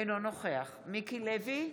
אינו נוכח מיקי לוי,